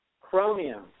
chromium